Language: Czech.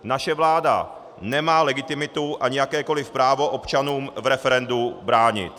Naše vláda nemá legitimitu ani jakékoliv právo občanům v referendu bránit.